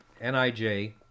NIJ